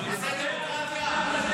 זו דמוקרטיה?